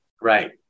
Right